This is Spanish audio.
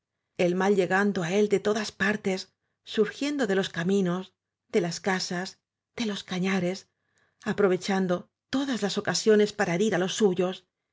el mal llegando á él de todas partes surgiendo de los caminos de las casas de los cañares aprovechando todas las ocasiones para herir á los suyos